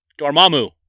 Dormammu